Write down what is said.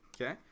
Okay